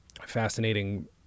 fascinating